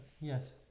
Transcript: Yes